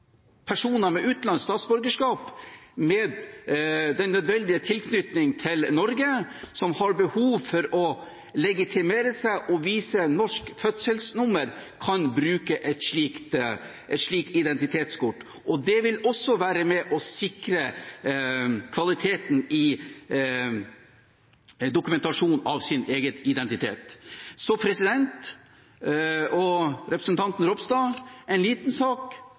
personer med utenlandsk statsborgerskap med den nødvendige tilknytning til Norge som har behov for å legitimere seg og vise norsk fødselsnummer, kan bruke et slikt identitetskort. Det vil også være med og sikre kvaliteten i dokumentasjonen av sin egen identitet. Så president og representanten Ropstad: En liten sak,